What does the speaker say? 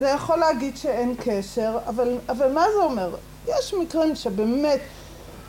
זה יכול להגיד שאין קשר אבל מה זה אומר? יש מקרים שבאמת